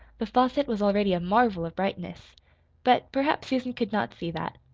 the faucet was already a marvel of brightness but perhaps susan could not see that.